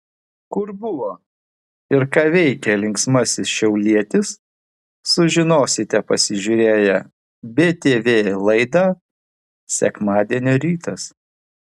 kur buvo ir ką veikė linksmasis šiaulietis sužinosite pasižiūrėję btv laidą sekmadienio rytas